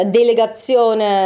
delegazione